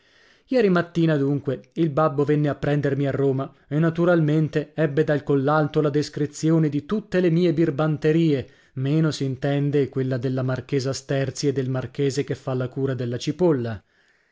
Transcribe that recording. ieri mattina dunque il babbo venne a prendermi a roma e naturalmente ebbe dal collalto la descrizione dì tutte le mio birbanterie meno s'intende quella della marchesa sterzi e del marchese che fa la cura della cipolla